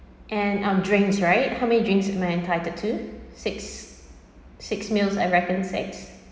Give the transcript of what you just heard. and um drinks right how many drinks am I entitled to six six meals I reckon six